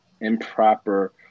improper